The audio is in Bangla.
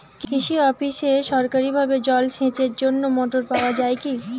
কৃষি অফিসে সরকারিভাবে জল সেচের জন্য মোটর পাওয়া যায় কি?